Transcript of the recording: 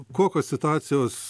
kokios situacijos